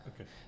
Okay